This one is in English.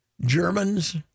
Germans